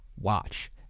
watch